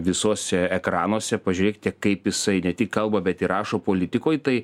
visuose ekranuose pažiūrėkite kaip jisai ne tik kalba bet ir rašo politikoj tai